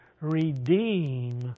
redeem